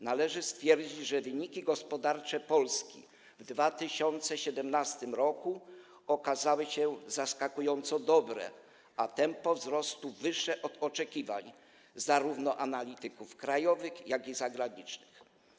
Należy stwierdzić, że wyniki gospodarcze Polski w 2017 r. okazały się zaskakująco dobre, a tempo wzrostu wyższe od oczekiwań analityków zarówno krajowych, jak i zagranicznych.